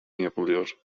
yapılıyor